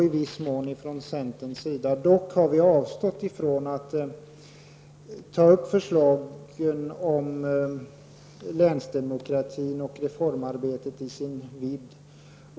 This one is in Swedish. I viss mån har alltså centern berört gamla saker, men vi har avstått från att ta upp förslagen om länsdemokratin och reformarbetet i hela dess vidd.